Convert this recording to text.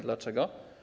Dlaczego?